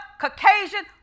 Caucasian